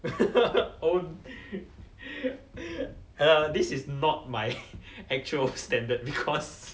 own err this is not my actual standard because